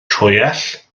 troell